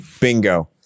Bingo